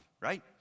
right